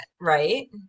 right